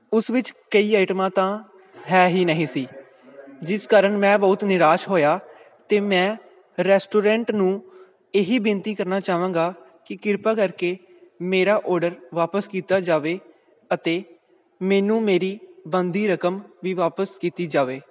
ਉਸ ਵਿੱਚ ਕਈ ਆਈਟਮਾਂ ਤਾਂ ਹੈ ਹੀ ਨਹੀਂ ਸੀ ਜਿਸ ਕਾਰਨ ਮੈਂ ਬਹੁਤ ਨਿਰਾਸ਼ ਹੋਇਆ ਅਤੇ ਮੈਂ ਰੈਸਟੋਰੈਂਟ ਨੂੰ ਇਹੀ ਬੇਨਤੀ ਕਰਨਾ ਚਾਹਵਾਂਗਾ ਕਿ ਕਿਰਪਾ ਕਰਕੇ ਮੇਰਾ ਔਡਰ ਵਾਪਸ ਕੀਤਾ ਜਾਵੇ ਅਤੇ ਮੈਨੂੰ ਮੇਰੀ ਬਣਦੀ ਰਕਮ ਵੀ ਵਾਪਸ ਕੀਤੀ ਜਾਵੇ